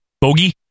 Bogey